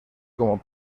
como